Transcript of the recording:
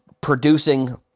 producing